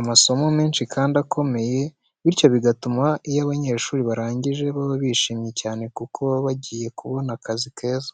amasomo menshi kandi akomeye, bityo bigatuma iyo abanyeshuri barangije baba bishimye cyane kuko baba bagiye kubona akazi keza.